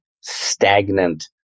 stagnant